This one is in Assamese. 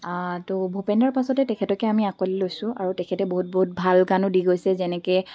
ত' ভূপেন্দাৰ পাছতে তেখেতকে আমি আকৌ লৈছোঁ আৰু তেখেতে বহুত বহুত ভাল গানো দি গৈছে যেনেকে